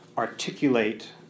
articulate